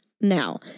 Now